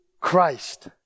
Christ